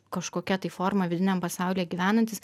kažkokia tai forma vidiniam pasaulyje gyvenantis